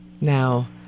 Now